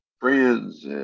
friends